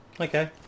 Okay